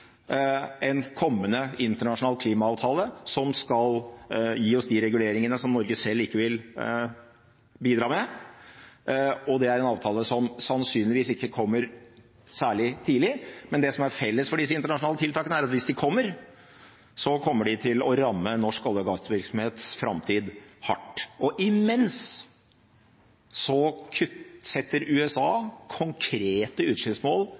en kommende internasjonal klimaavtale, som skal gi oss de reguleringene som Norge selv ikke vil bidra med, og det er en avtale som sannsynligvis ikke kommer særlig tidlig. Men det som er felles for disse internasjonale tiltakene, er at hvis de kommer, så kommer de til å ramme norsk olje- og gassvirksomhets framtid hardt. Imens setter USA konkrete utslippsmål på sektornivå for sine kullkraftverk, og Kina gjennomfører dramatiske kutt